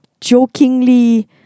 jokingly